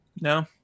no